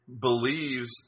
believes